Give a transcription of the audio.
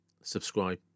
subscribe